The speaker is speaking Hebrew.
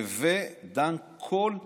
הווי דן כל האדם.